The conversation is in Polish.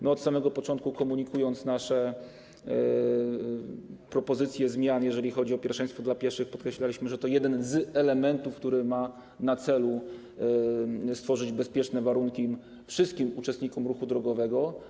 My od samego początku, komunikując nasze propozycje zmian, jeżeli chodzi o pierwszeństwo dla pieszych, podkreślaliśmy, że to jeden z elementów, które mają na celu stworzenie bezpiecznych warunków wszystkim uczestnikom ruchu drogowego.